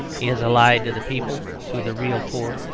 he is allied to the people, to the real poor,